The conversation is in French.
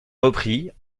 repris